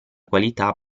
qualità